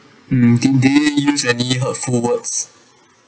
mm did did he use any hurtful words